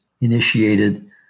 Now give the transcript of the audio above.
initiated